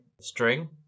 string